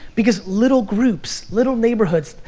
because little groups, little neighborhoods,